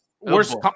Worst